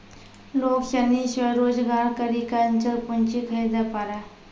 लोग सनी स्वरोजगार करी के अचल पूंजी खरीदे पारै